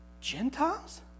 Gentiles